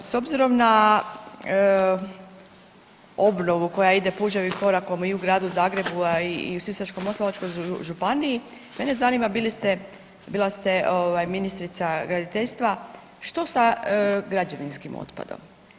S obzirom na obnovu koja ide puževim korakom i u Gradu Zagrebu, a i u Sisačko-moslavačkoj županiji, mene zanima bila ste ministrica graditeljstva što sa građevinskim otpadom?